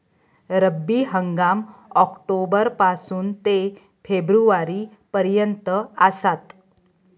रब्बी हंगाम ऑक्टोबर पासून ते फेब्रुवारी पर्यंत आसात